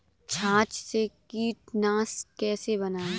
छाछ से कीटनाशक कैसे बनाएँ?